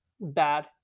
bad